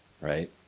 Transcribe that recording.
right